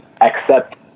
accept